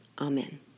Amen